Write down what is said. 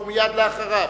מייד אחריו,